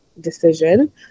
decision